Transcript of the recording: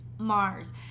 Mars